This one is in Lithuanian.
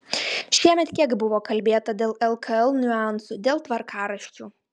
šiemet kiek buvo kalbėta dėl lkl niuansų dėl tvarkaraščių